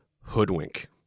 hoodwink